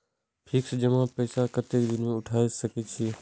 Fix जमा पैसा कतेक दिन में उठाई सके छी?